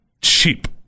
cheap